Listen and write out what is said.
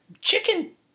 chicken